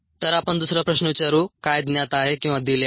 तर आपण दुसरा प्रश्न विचारू काय ज्ञात आहे किंवा दिले आहे